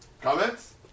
Comments